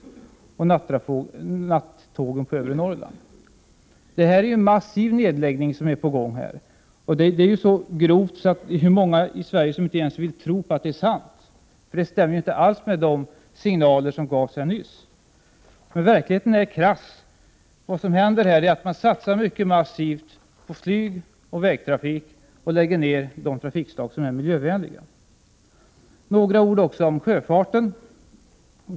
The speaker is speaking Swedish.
Vidare avser man att dra in nattågen på övre Norrland. Här är en massiv nedläggning på gång, och det är så grovt att många i Sverige inte ens vill tro på att det är sant. Det stämmer inte alls med de signaler som gavs här nyss. Men verkligheten är krass. Vad som händer är att man satsar mycket massivt på flyg och vägtrafik och lägger ned de trafikslag som är miljövänliga. Så några ord om sjöfarten.